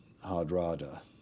Hardrada